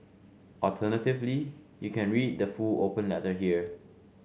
alternatively you can read the full open letter here